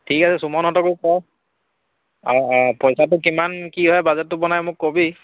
ঠিক আছে সুমনহঁতকো ক অঁ অঁ পইচাটো কিমান কি হয় বাজেটটো বনাই মোক কবি